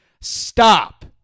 stop